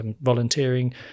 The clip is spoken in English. volunteering